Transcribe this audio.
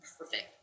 perfect